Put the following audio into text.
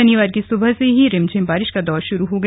शनिवार की सुबह से ही रिमझिम बारिश का दौर शुरू हो गया